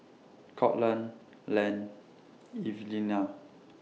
Courtland Len Evelina